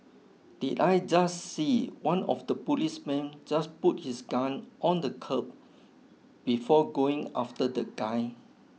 did I just see one of the policemen just put his gun on the curb before going after the guy